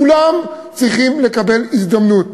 כולם צריכים לקבל הזדמנות.